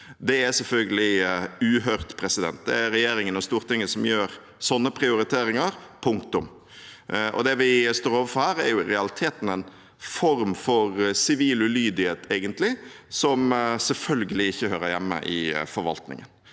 Det er selvfølgelig uhørt. Det er regjeringen og Stortinget som foretar slike prioriteringer, punktum! Det vi står overfor her, er i realiteten egentlig en form for sivil ulydighet som selvfølgelig ikke hører hjemme i forvaltningen.